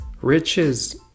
Riches